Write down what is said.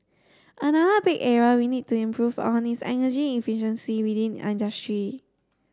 another big area we need to improve on is energy efficiency within industry